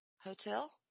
Hotel